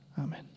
Amen